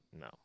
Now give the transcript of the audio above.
No